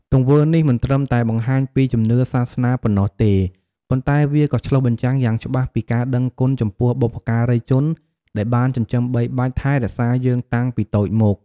ទង្វើនេះមិនត្រឹមតែបង្ហាញពីជំនឿសាសនាប៉ុណ្ណោះទេ ប៉ុន្តែវាក៏ឆ្លុះបញ្ចាំងយ៉ាងច្បាស់ពីការដឹងគុណចំពោះបុព្វការីជនដែលបានចិញ្ចឹមបីបាច់ថែរក្សាយើងតាំងពីតូចមក។